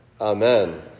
Amen